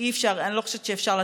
אני לא חושבת שאפשר,